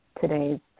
today's